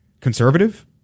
conservative